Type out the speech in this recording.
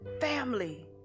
family